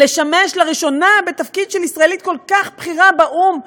לשמש לראשונה בתפקיד של ישראלית כל כך בכירה באו"ם?